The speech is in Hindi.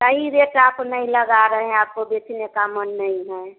सही रेट आप नहीं लगा रहें आपको बेचने का मन नहीं है